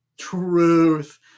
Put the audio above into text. Truth